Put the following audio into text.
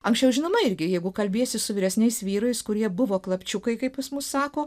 anksčiau žinoma irgi jeigu kalbiesi su vyresniais vyrais kurie buvo klapčiukai kaip pas mus sako